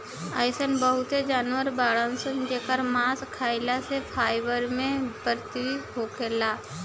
अइसन बहुते जानवर बाड़सन जेकर मांस खाइला से फाइबर मे पूर्ति होखेला